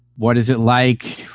what is it like?